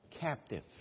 captive